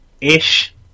ish